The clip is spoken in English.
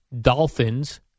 Dolphins